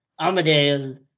Amadeus